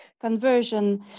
conversion